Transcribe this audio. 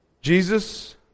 Jesus